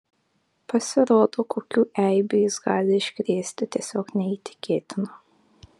pasirodo kokių eibių jis gali iškrėsti tiesiog neįtikėtina